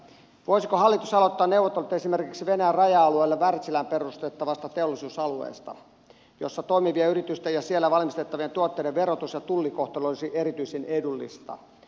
voisiko hallitus aloittaa neuvottelut esimerkiksi venäjän raja alueelle värtsilään perustettavasta teollisuusalueesta jolla toimivien yritysten ja siellä valmistettavien tuotteiden verotus ja tullikohtelu olisi erityisen edullista